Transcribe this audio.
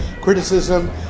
criticism